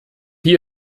hier